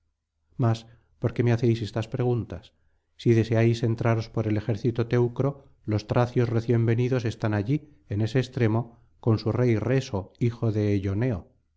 mas por qué me hacéis estas preguntas si deseáis entraros por el ejército teucro los tracios recién venidos están ahí en ese extremo con su rey reso hijo de eyoneo he